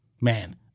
man